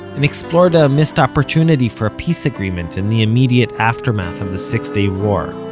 and explored a missed opportunity for a peace agreement in the immediate aftermath of the six day war.